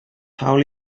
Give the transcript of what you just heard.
hawl